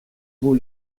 vos